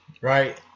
Right